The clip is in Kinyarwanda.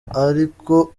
ariko